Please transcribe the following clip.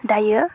दायो